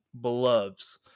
beloves